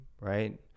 Right